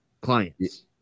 clients